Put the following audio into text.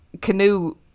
canoe